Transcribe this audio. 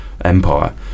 Empire